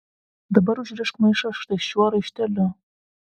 dabar užrišk maišą štai šiuo raišteliu